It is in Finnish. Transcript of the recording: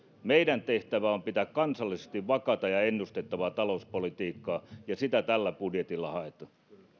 meidän tehtävämme on pitää kansallisesti vakaata ja ennustettavaa talouspolitiikkaa ja sitä tällä budjetilla haetaan